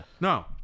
No